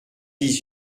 dix